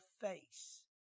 face